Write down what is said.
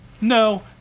no